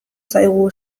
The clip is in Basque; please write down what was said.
zaigu